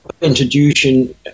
introduction